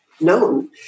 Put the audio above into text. known